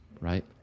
right